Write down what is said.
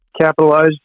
capitalized